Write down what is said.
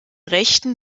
rechten